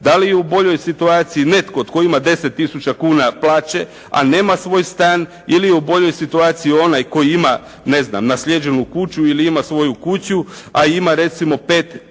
Da li je u boljoj situaciji netko tko ima 10 tisuća kuna plaće, a nema svoj stan ili je u boljoj situaciji onaj koji ima, ne znam, naslijeđenu kuću ili ima svoju kuću, a ima recimo 5